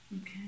okay